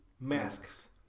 masks